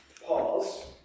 Pause